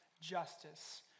justice